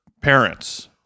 parents